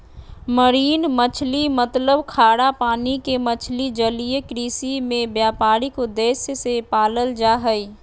marine मछली मतलब खारा पानी के मछली जलीय कृषि में व्यापारिक उद्देश्य से पालल जा हई